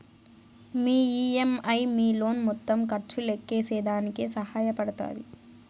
మీ EMI మీ loan మొత్తం ఖర్చు లెక్కేసేదానికి సహాయ పడతాది